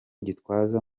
gitwaza